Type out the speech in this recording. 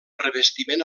revestiment